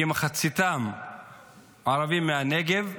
כמחציתם ערבים מהנגב,